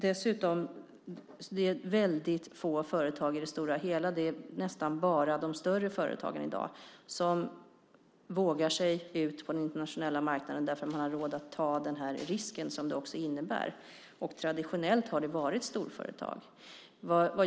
Det är väldigt få företag i det stora hela - det är nästan bara de större företagen i dag - som vågar sig ut på den internationella marknaden därför att man har råd att ta den risk som det också innebär. Traditionellt har det varit storföretag.